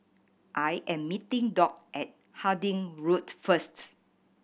I am meeting Dock at Harding Road first